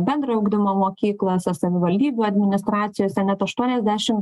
bendrojo ugdymo mokyklose savivaldybių administracijose net aštuoniasdešim